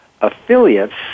affiliates